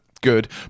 Good